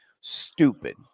Stupid